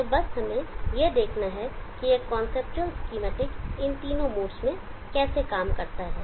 तो बस हमें यह देखना है कि यह कांसेप्चुअल स्कीमेटिक इन तीन मोड्स में कैसे काम करता है